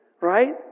right